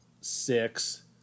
six